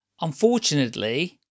unfortunately